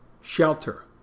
shelter